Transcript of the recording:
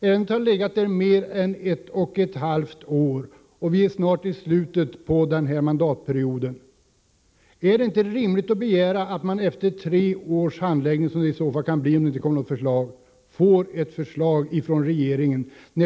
Ärendet har legat där mer än ett och ett halvt år, och vi är snart i slutet av den här mandatperioden. Är det inte rimligt att begära att man efter tre års handläggning — som det kan bli om det inte kommer något förslag snart — får ett förslag från regeringen?